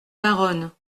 baronne